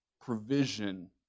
provision